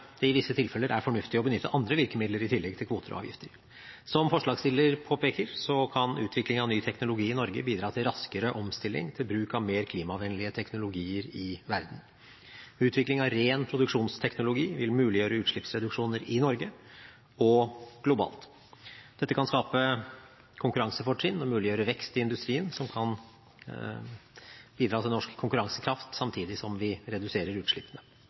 det i visse tilfeller er fornuftig å benytte andre virkemidler i tillegg til kvoter og avgifter. Som forslagsstillerne påpeker, kan utviklingen av ny teknologi i Norge bidra til raskere omstilling til bruk av mer klimavennlige teknologier i verden. Utvikling av ren produksjonsteknologi vil muliggjøre utslippsreduksjoner i Norge – og globalt. Dette kan skape konkurransefortrinn og muliggjøre vekst i industrien, som kan bidra til norsk konkurransekraft, samtidig som vi reduserer utslippene.